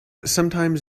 sometimes